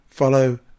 follow